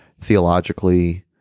theologically